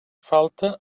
falta